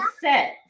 set